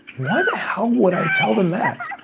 why the hell would i tell them that?